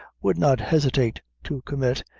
would not hesitate to commit,